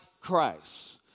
Christ